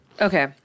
okay